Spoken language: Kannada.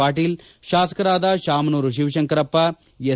ಪಾಟೀಲ್ ಶಾಸಕರಾದ ಶಾಮನೂರು ಶಿವಶಂಕರಪ್ಪ ಎಸ್